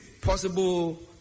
possible